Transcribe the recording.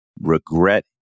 regret